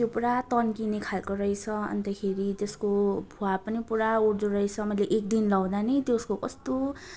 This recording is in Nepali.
त्यो पुरा तन्किने खालको रहेछ अन्तखेरि त्यसको भुवा पनि पुरा उठ्दो रहेछ मैले एकदिन लगाउँदा नै त्यसको कस्तो